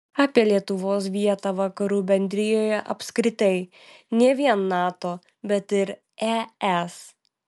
apie lietuvos vietą vakarų bendrijoje apskritai ne vien nato bet ir es